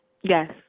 Yes